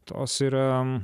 tos yra